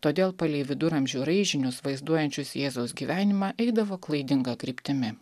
todėl palei viduramžių raižinius vaizduojančius jėzaus gyvenimą eidavo klaidinga kryptimi